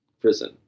prison